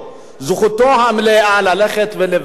זכותו המלאה ללכת ולבקש